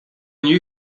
new